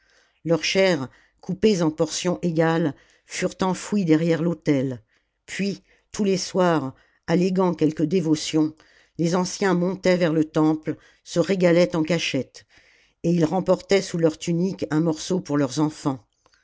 leurs chairs coupées en poi'tions égales furent enfouies derrière l'autel puis tous les soirs alléguant quelque dévotion les anciens montaient vers le temple se régalaient en cachette et ils remportaient sous leur tunique un morceau pour leurs enfants